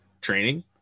training